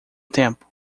tempo